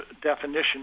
definition